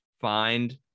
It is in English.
find